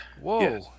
Whoa